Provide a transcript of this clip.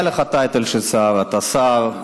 היה לך טייטל של שר, אתה שר.